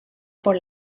por